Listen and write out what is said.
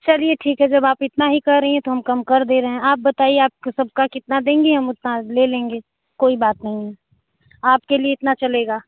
चलिए ठीक है जब आप इतना ही कह रही हैं तो हम कम कर दे रहे हैं आप बताइए आप सबका कितना देंगी हम उतना ले लेंगे कोई बात नहीं है आपके लिए इतना चलेगा